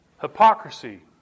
Hypocrisy